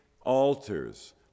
altars